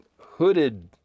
hooded